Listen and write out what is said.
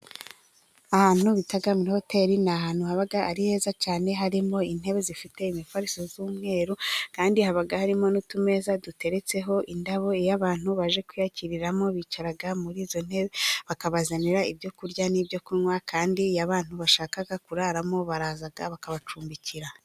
Ahantu bita muri hoteli, ni ahantu haba ari heza cyane. Harimo intebe zifite imifariso y'umweru. Kandi haba harimo n'utumeza duteretseho indabo. Iyo abantu baje kwiyakiriramo bicara muri izo ntebe bakabazanira ibyo kurya n'ibyo kunywa. Kandi abantu bashaka kuraramo baraza bakabacumbikira.